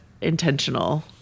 intentional